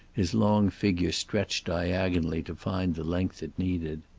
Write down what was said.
his long figure stretched diagonally to find the length it needed.